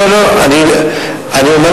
לא חשב על זה גם בחלום שלו.